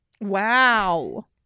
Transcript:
Wow